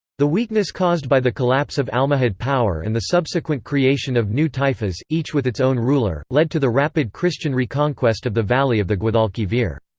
the weakness caused by the collapse of almohad power and the subsequent creation new taifas, each with its own ruler, led to the rapid christian reconquest of the valley of the guadalquivir.